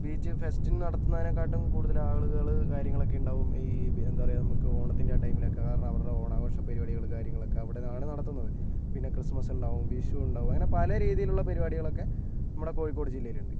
ബീച്ചിൽ ഫെസ്റ്റ് നടത്തുന്നതിനേക്കാട്ടും കൂടുതൽ ആളുകള് കാര്യങ്ങളൊക്കെ ഉണ്ടാകും ഈ എന്താ പറയുക നമുക്ക് ഓണത്തിൻറെ ആ ടൈമിൽ ഒക്കെ കാരണം അവരുടെ ഓണാഘോഷ പരിപാടികൾ കാര്യങ്ങളൊക്കെ അവിടെയാണ് നടത്തുന്നത് പിന്നെ ക്രിസ്മസ് ഉണ്ടാകും വിഷു ഉണ്ടാകും അങ്ങനെ പല രീതിയിലുള്ള പരിപാടികളൊക്കെ നമ്മുടെ കോഴിക്കോട് ജില്ലയിൽ ഉണ്ട്